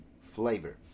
flavor